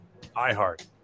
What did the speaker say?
iHeart